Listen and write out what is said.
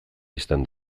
bistan